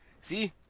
See